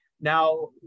Now